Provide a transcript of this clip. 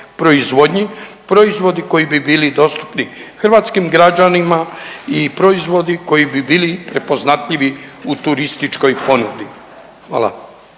proizvodnji, proizvodi koji bi bili dostupni hrvatskim građanima i proizvodi koji bi bili prepoznatljivi u turističkoj ponudi. Hvala.